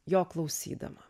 jo klausydama